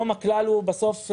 בסוף,